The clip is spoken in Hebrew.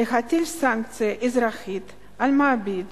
היא להטיל סנקציה אזרחית על מעביד